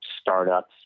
startups